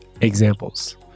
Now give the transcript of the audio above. examples